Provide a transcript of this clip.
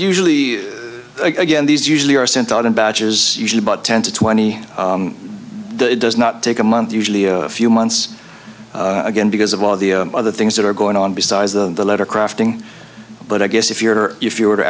usually again these usually are sent out in batches usually about ten to twenty does not take a month usually a few months again because of all the other things that are going on besides the letter crafting but i guess if you're if you were t